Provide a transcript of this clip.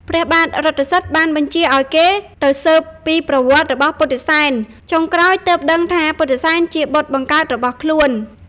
ព្រះបាទរថសិទ្ធិបានបញ្ជាឲ្យគេទៅស៊ើបពីប្រវត្តិរបស់ពុទ្ធិសែន ចុងក្រោយទើបដឹងថាពុទ្ធិសែនជាបុត្របង្កើតរបស់ខ្លួន។